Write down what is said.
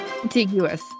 contiguous